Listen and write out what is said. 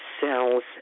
cells